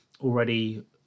already